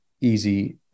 easy